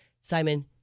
Simon